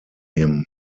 him